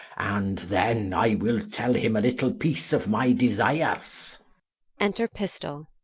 and then i will tell him a little piece of my desires enter pistoll.